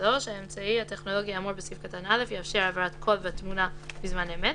האמצעי הטכנולוגי האמור בסעיף קטן (א) יאפשר העברת קול ותמונה בזמן אמת,